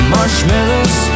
Marshmallows